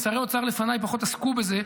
שרי אוצר לפניי פחות עסקו בזה,